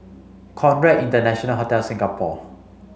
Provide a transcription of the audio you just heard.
Conrad International Hotel Singapore